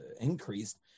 increased